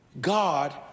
God